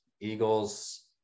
eagles